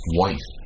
wife